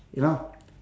you know